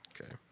Okay